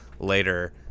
later